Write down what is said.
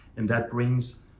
and that brings,